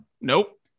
Nope